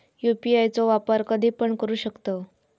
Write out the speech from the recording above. UPI चो वापर कधीपण करू शकतव?